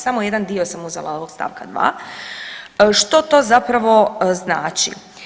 Samo jedan dio sam uzela ovog stavka 2. Što to zapravo znači?